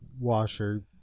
washer